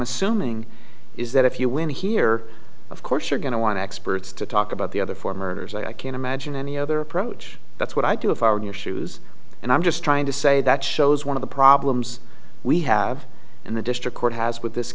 assuming is that if you win here of course you're going to want to experts to talk about the other four murders i can't imagine any other approach that's what i do have are your shoes and i'm just trying to say that shows one of the problems we have in the district court has with this